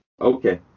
Okay